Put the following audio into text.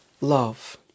love